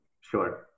Sure